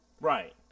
Right